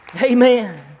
Amen